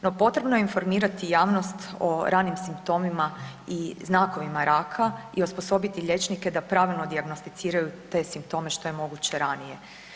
No, potrebno je informirati javnost o ranim simptomima i znakovima raka i osposobiti liječnike da pravilno dijagnosticiraju te simptome što je moguće ranije.